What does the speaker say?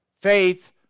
Faith